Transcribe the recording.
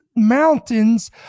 mountains